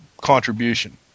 contribution